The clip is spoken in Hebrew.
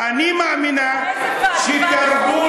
"אני מאמינה שתרבות"